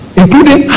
including